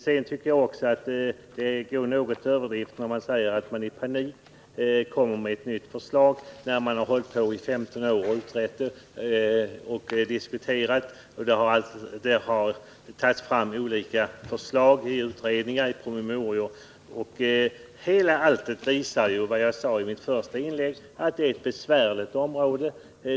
Att sedan säga att vi i panik antar ett nytt förslag tycker jag är att gå till överdrift — man har ju själv hållit på i 15 år och utrett och diskuterat och tagit fram olika förslag i utredningar och promemorior. Allt detta visar, som jag sade i mitt första inlägg, att detta är ett besvärligt område.